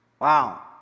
Wow